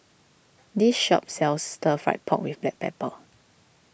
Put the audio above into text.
this shop sells Stir Fried Pork with Black Pepper